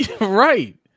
right